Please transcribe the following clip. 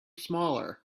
smaller